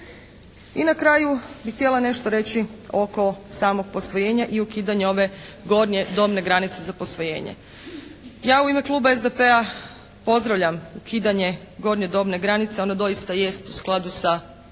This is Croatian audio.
I na kraju bih htjela nešto reći oko samog posvojenja i ukidanja ove gornje dobne granice za posvojenje. Ja u ime kluba SDP-a pozdravljam ukidanje gornje dobne granice, ona doista jest u skladu sa Europskom